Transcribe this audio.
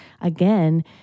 again